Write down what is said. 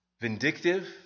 vindictive